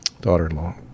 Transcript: daughter-in-law